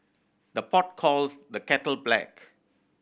the pot calls the kettle black